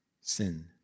sin